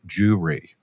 Jewry